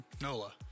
NOLA